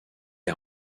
est